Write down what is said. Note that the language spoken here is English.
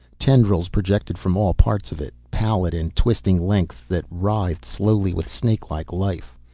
tendrils projected from all parts of it, pallid and twisting lengths that writhed slowly with snakelike life.